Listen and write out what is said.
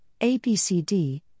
ABCD